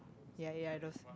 ya ya those